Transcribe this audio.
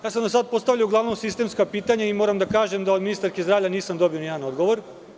Do sada sam postavljao uglavnom sistemska pitanja i moram da kažem da od ministarke zdravlja nisam dobio ni jedan odgovor.